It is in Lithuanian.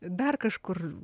dar kažkur